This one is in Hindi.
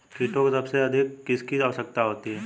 कीटों को सबसे अधिक किसकी आवश्यकता होती है?